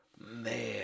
Man